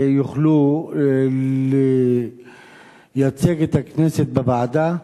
יוכלו לייצג את הכנסת בוועדה,